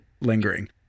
lingering